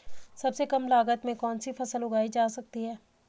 सबसे कम लागत में कौन सी फसल उगाई जा सकती है